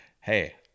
hey